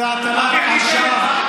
זה הטלת אשם.